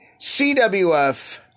CWF